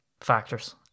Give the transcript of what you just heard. factors